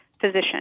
physician